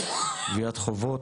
גביית חובות.